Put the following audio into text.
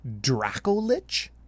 Dracolich